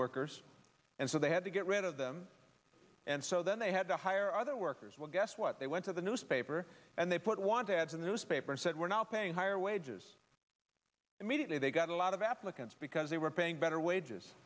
workers and so they had to get rid of them and so then they had to hire other workers well guess what they went to the newspaper and they put want to add to the newspaper said we're not paying higher wages immediately they got a lot of applicants because they were paying better wages